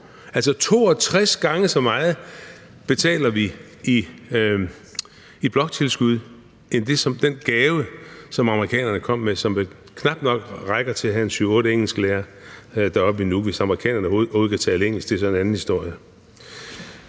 Altså 62 gange så meget betaler vi i bloktilskud end det, som den gave, amerikanerne kom med, er, og som vel knap nok rækker til at have syv-otte engelsklærere deroppe i Nuuk, hvis amerikanerne overhovedet kan tale engelsk – det er så en anden historie.